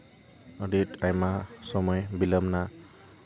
ᱟᱹᱰᱤ ᱟᱭᱢᱟ ᱥᱚᱢᱚᱭ ᱵᱤᱞᱚᱢ ᱱᱟ